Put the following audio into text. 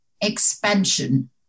expansion